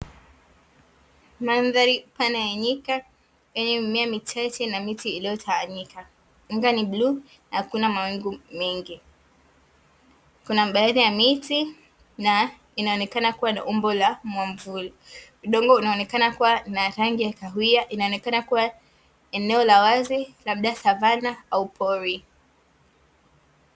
Mandhari pana ya nyika yenye miti michache iliyotawanyika, anga ni bluu hakuna mawingu mengi, kuna baadhi ya miti inaonekana kuwa na umbo la mwamvuri, udongo unaonekana kuwa na rangi ya kahawia inaonekana kuwa eneo la wazi labda savana au pori.